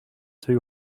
two